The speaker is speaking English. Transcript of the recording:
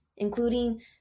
including